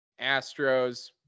Astros